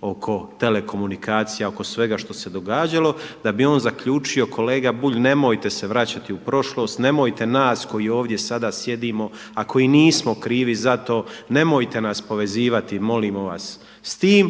oko telekomunikacija, oko svega što se događalo da bi on zaključio kolega Bulj nemojte se vraćati u prošlost, nemojte nas koji ovdje sada sjedimo a koji nismo krivi za to, nemojte nas povezivati molimo vas s time,